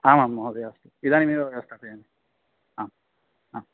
आमां महोदय इदानीमेव व्यवस्थापयामि आम् आम्